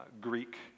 Greek